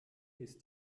ist